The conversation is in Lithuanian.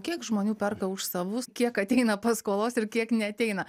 kiek žmonių perka už savus kiek kad ateina paskolos ir kiek neateina